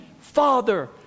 Father